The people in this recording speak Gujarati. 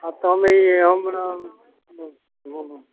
હા તો અમે એ હમણાં હં